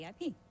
VIP